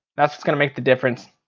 that's what's gonna make the difference.